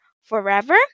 forever